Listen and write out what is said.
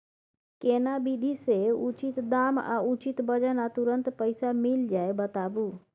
केना विधी से उचित दाम आ उचित वजन आ तुरंत पैसा मिल जाय बताबू?